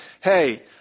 hey